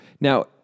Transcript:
Now